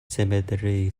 cemetery